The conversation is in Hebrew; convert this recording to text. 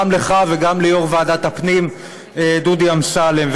גם לך וגם ליו"ר ועדת הפנים דודי אמסלם,